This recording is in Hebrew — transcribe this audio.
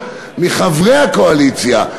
מחברי הקואליציה,